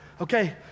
Okay